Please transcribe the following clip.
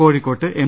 കോഴിക്കോട്ട് എം